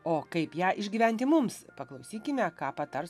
o kaip ją išgyventi mums paklausykime ką patars